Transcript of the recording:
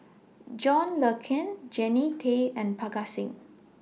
John Le Cain Jannie Tay and Parga Singh